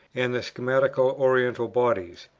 and the schismatical oriental bodies,